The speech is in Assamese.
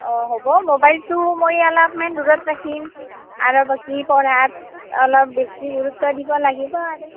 অঁ হ'ব ম'বাইলটো মই অলপমান দূৰত ৰাখিম আৰু বাকী পঢ়াত অলপ বেছি গুৰুত্ব দিব লাগিব আৰু